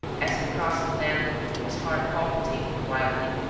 as he crossed the dam his heart palpitated wildly.